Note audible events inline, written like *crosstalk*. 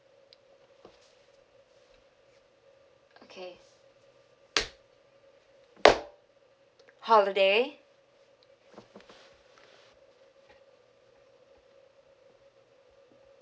okay *noise* *noise* holiday